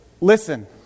Listen